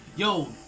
Yo